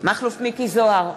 מכלוף מיקי זוהר,